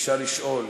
שביקשה לשאול,